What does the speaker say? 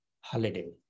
holiday